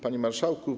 Panie Marszałku!